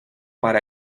para